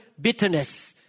bitterness